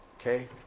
Okay